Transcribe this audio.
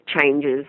changes